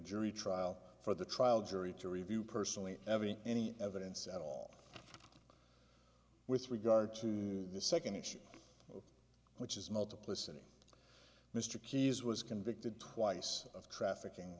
jury trial for the trial jury to review personally every any evidence at all with regard to the second issue which is multiplicity mr keyes was convicted twice of trafficking